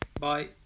Bye